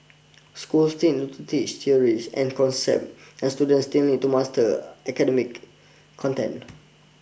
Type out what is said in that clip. schools still need to teach theories and concepts and students still need to master academic content